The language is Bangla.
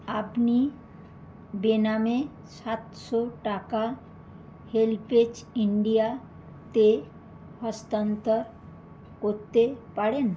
আপনি বেনামে সাতশো টাকা হেল্প এজ ইন্ডিয়াতে হস্তান্তর করতে পারেন